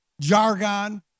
jargon